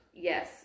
Yes